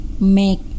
make